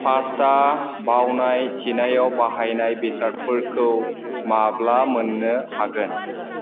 pasta बावनाय थिनायाव बाहायनाय बेसादफोरखौ माब्ला मोन्नो हागोन